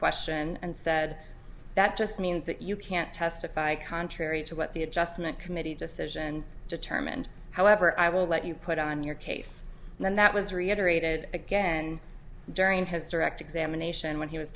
question and said that just means that you can't testify contrary to what the adjustment committee decision and determined however i will let you put on your case and then that was reiterated again during his direct examination when he was